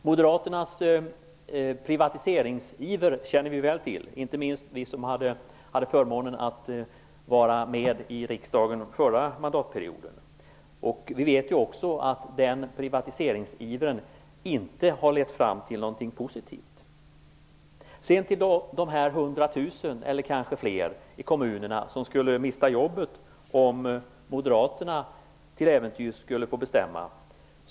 Moderaternas privatiseringsiver känner vi väl till, inte minst vi som hade förmånen att vara med i riksdagen under den förra mandatperioden. Vi vet också att den privatiseringsivern inte har lett fram till något positivt. Sedan till de hundra tusen eller kanske fler i kommunerna som skulle mista jobbet om moderaterna till äventyrs skulle få bestämma.